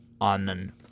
on